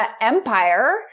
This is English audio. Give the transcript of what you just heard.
empire